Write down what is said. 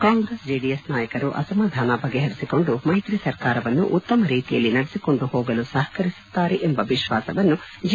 Congress JDS ನಾಯಕರು ಅಸಮಾಧಾನ ಬಗೆಹರಿಸಿಕೊಂಡು ಮೈತ್ರಿ ಸರ್ಕಾರವನ್ನು ಉತ್ತಮ ರೀತಿಯಲ್ಲಿ ನಡೆಸಿಕೊಂಡು ಹೋಗಲು ಸಹಕರಿಸುತ್ತಾರೆ ಎಂಬ ವಿಶ್ವಾಸವನ್ನು ಜಿ